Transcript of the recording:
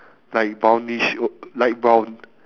like brownish w~ light brown